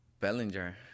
Bellinger